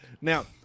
Now